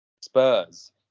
Spurs